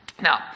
Now